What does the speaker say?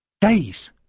Days